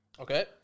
Okay